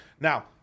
now